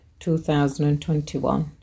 2021